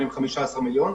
600 אנשים?